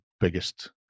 biggest